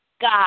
God